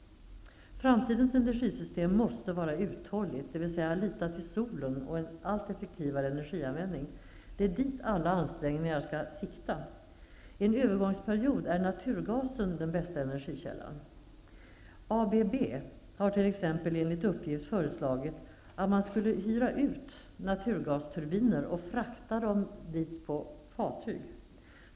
Framtidens energisystem måste vara uthålligt, dvs. lita till solen och en allt effektivare energianvändning. Det är dit alla ansträngningar skall sikta. I en övergångsperiod är naturgasen den bästa energikällan. ABB har t.ex. enligt uppgift föreslagit att man skulle hyra ut naturgasturbiner och frakta dem dit på fartyg.